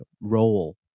role